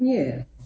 Nie.